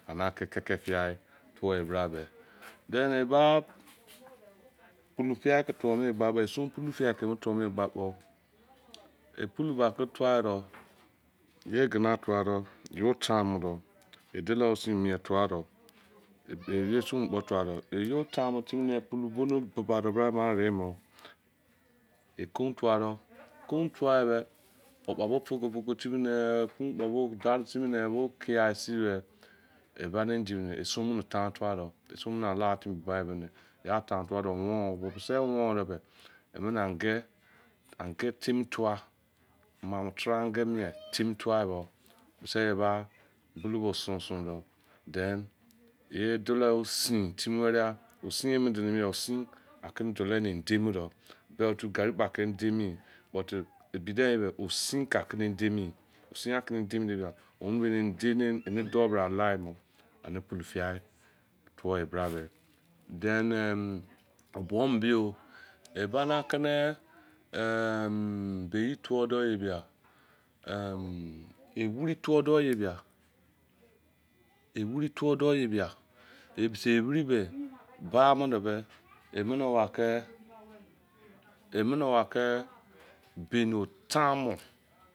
Ana ke ke ke fiai tuwu a bra me then e ba polo fiai ke tuwu me gbe bo isun polo fiai ke mu tuwu ke gba kpo e polo ba tuwu do ye egina tuwa do ye timo do dolo osin mien tuwa do, ene oson tuwa do ye timo timi ne polo bolou me buba ema remo kon tuwa do, kon tuwa ebe o'bo foco foco timi ne kon kpo bo dire timi ne bo kiai sin be eba ene indi, ison mene tan tuwa do ison ala timi buba, yan tan tuwa do won, mese won yo be enene ange, ange tami tuwa ma triange mien tuwa bo mise yo ba bolou suo suu de, then iye doloai osin timi were osin me do osin dolo ne timi do sowa otu garri kpo nidi mien but ebi den ni, osin ka ne undi mien, undi me ini doubra igne an polo ficu tuye bra me. then ehn o bo mo biyo egba na kene ehm be tuwu de bia ehn e wiri tuwu do ye bia ewiri tuwu do ye bia e sibiri be ba mo nu be omene wake bain tamu